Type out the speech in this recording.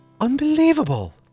unbelievable